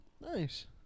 Nice